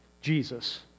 Jesus